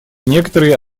некоторые